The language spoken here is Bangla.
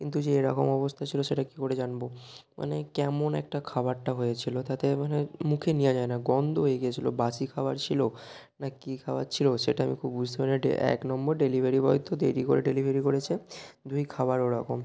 কিন্তু যে এরকম অবস্থা ছিলো সেটা কী করে জানবো মানে কেমন একটা খাবারটা হয়েছিলো তাতে মানে মুখে নেয়া যায় না গন্ধ হয়ে গিয়েছিলো বাসি খাবার ছিলো না কী খাবার ছিলো সেটা আমি খুব বুঝতে পারি নি এটা এক নম্বর ডেলিভারি বয় তো দেরি করে ডেলিভারি করেছে দুই খাবার ওরকম